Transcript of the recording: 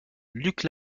luc